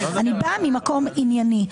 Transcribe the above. אני באה ממקום ענייני,